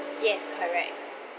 yes correct